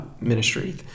ministry